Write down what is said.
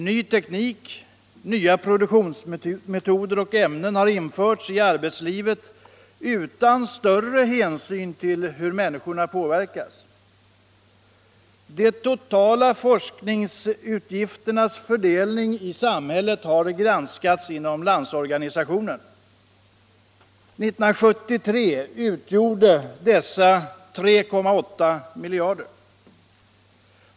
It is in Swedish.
Ny teknik, nya produktionsmetoder och ämnen har införts i arbetslivet utan större hänsyn till hur människorna utbildning och forskning påverkas. De totala forskningsutgifternas fördelning i amhället har granskats inom LO. 1973 utgjorde dessa 3,8 miljarder kronor.